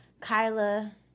Kyla